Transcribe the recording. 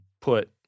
put